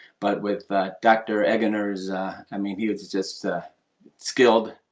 but with that dr. eggener's i mean he was just skilled,